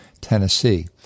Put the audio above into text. Tennessee